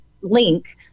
link